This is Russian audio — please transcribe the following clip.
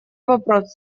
вопрос